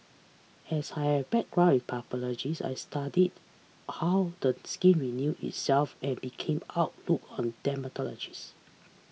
as I had background in pathology I studied how the skin renew itself and became hook on dermatology